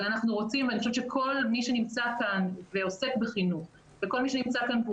אני חושבת שכל מי שנמצא כאן ועוסק בחינוך וכל מי שנמצא כאן הוא